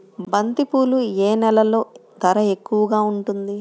బంతిపూలు ఏ నెలలో ధర ఎక్కువగా ఉంటుంది?